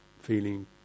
feeling